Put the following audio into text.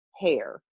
hair